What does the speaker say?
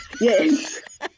Yes